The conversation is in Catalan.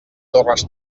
torres